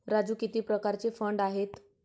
राजू किती प्रकारचे फंड आहेत?